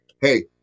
Hey